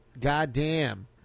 goddamn